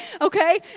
Okay